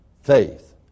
Faith